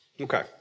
Okay